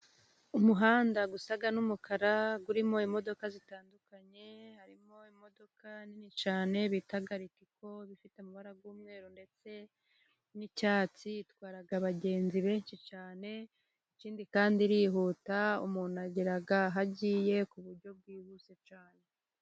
Umuhanda usa n'umukara, urimo imodoka zitandukanye, harimo imodoka nini cyane bita ritiko, bifite amabara y'umweru ndetse n'icyatsi, itwara abagenzi benshi cyane, ikindi kandi irihuta, umuntu agera aho agiye ku buryo bwihuse cyane.